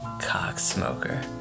cocksmoker